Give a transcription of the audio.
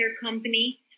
company